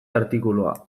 artikulua